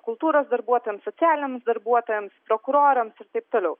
kultūros darbuotojams socialiniams darbuotojams prokurorams ir taip toliau